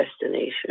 destination